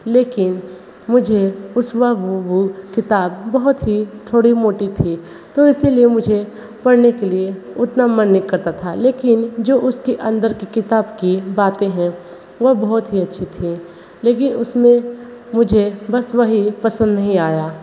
लेकिन मुझे उस वक्त वह किताब बहुत ही थोड़ी मोटी थी तो इसीलिए मुझे पढ़ने के लिए उतना मन नहीं करता था लेकिन जो उसके अंदर की किताब की बातें हैं वह बहुत ही अच्छी थी लेकिन उसमें मुझे बस वही पसंद नहीं आया